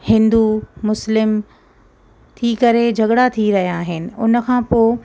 हिंदु मुस्लिम थी करे झगड़ा थी रहिया आहिनि हुन खां पोइ